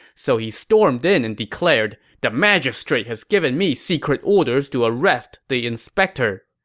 so he stormed in and declared, the magistrate has given me secret orders to arrest the inspector.